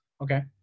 Okay